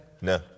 No